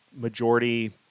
majority